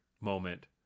moment